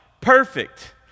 Perfect